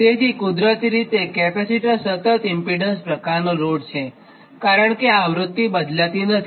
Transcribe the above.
તેથી કુદરતી રીતે કેપેસિટર સતત ઇમ્પેડન્સ પ્રકારનો લોડ છે કારણ કે આવ્રૃત્તિ પણ બદલાતી નથી